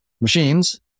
machines